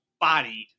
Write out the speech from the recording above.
bodied